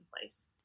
place